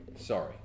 Sorry